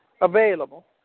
available